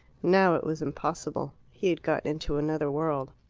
now it was impossible. he had got into another world.